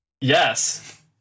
Yes